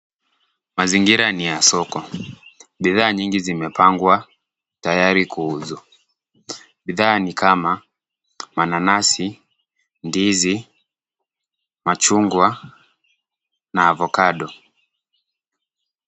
Mazingira ni ya soko ,bidhaa nyingi zimepangwa tayari kuuzwa ,bidhaa ni kama mananasi ,ndizi , machungwa na avocado .